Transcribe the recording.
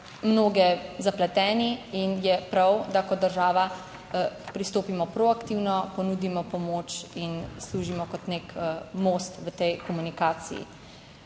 mnoge zapleteni. In je prav, da kot država pristopimo proaktivno, ponudimo pomoč in služimo kot nek most v tej komunikaciji.